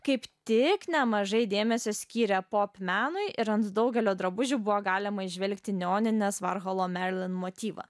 kaip tiek nemažai dėmesio skyrė po menui ir ant daugelio drabužių buvo galima įžvelgti neoninės varholo merilin motyvą